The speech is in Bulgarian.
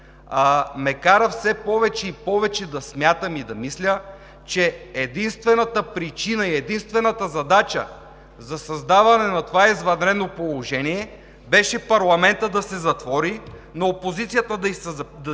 ме кара все повече и повече да мисля, че единствената причина и единствената задача за създаване на това извънредно положение, беше парламентът да се затвори, на опозицията да ѝ се